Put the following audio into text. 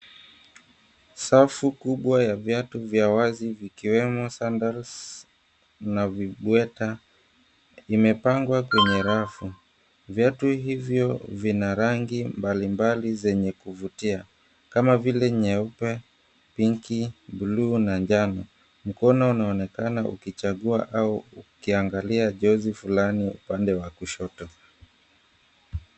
Safu kubwa ya viatu vya wazi vikiwemo sandles na vibweta vimepangwa kwenye rafu. Viatu hivyo vina rangi mbalimbali zenye kuvutia kama vile nyeupe, pink , bluu na njano. Mkono unaonekana ukichagua au ukiangalia jozi fulani upande wa kushoto.